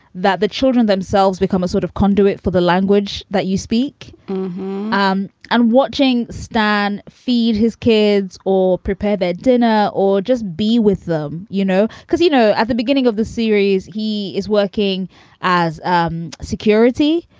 that the children themselves become a sort of conduit for the language that you speak um and watching stan feed his kids or prepare their dinner or just be with them, you know, because, you know, at the beginning of the series, he is working as um security.